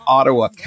Ottawa